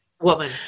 Woman